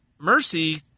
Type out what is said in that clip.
Mercy